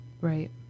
Right